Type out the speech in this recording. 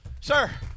Sir